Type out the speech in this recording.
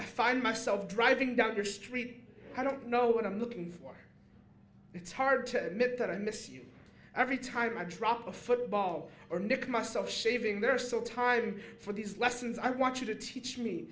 i find myself driving down the street i don't know what i'm looking for it's hard to make that i miss you every time i drop a football or nick myself shaving there are so time for these lessons i want you to teach me